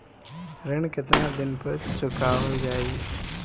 ऋण केतना दिन पर चुकवाल जाइ?